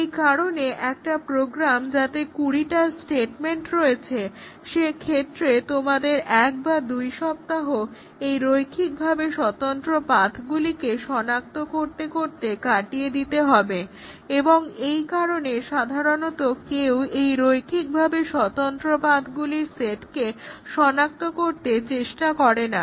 এই ধরনের একটা প্রোগ্রাম যাতে কুড়িটা স্টেটমেন্ট রয়েছে সেক্ষেত্রে তোমাদের এক বা দুই সপ্তাহ এই রৈখিকভাবে স্বতন্ত্র পাথগুলিকে শনাক্ত করতে করতে কাটিয়ে দিতে হবে এবং এই কারণে সাধারণত কেউ এই রৈখিকভাবে স্বতন্ত্র পাথগুলির সেটকে শনাক্ত করতে চেষ্টা করেনা